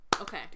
Okay